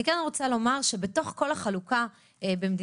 אני כן רוצה לומר שבתוך כל החלוקה במדינת